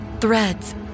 Threads